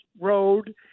Road